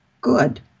Good